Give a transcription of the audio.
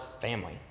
family